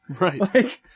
Right